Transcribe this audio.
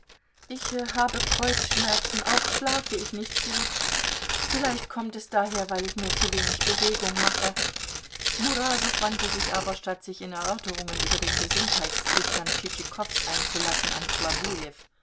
ich habe kreuzschmerzen auch schlafe ich nicht gut vielleicht kommt es daher weil ich mir zu wenig bewegung mache murasow wandte sich aber statt sich in erörterungen über den gesundheitszustand tschitschikows einzulassen an